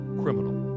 criminal